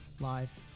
live